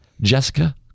Jessica